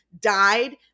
Died